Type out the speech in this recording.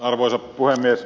arvoisa puhemies